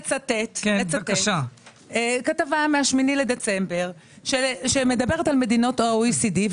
לצטט כתבה מ-8 בדצמבר שמדברת על מדינות ה-OECD.